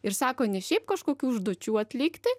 ir sako ne šiaip kažkokių užduočių atlikti